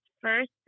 first